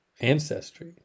ancestry